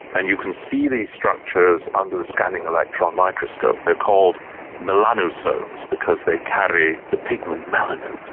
and you can see these structures under the scanning electron microscope, they are called melanosomes because they carry the pigment melanin.